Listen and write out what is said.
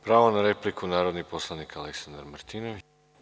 Pravo na repliku, narodni poslanik Aleksandar Martinović.